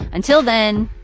until then,